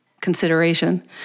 consideration